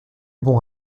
bon